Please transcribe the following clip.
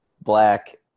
black